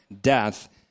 death